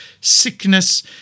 sickness